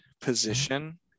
position